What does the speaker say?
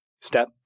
step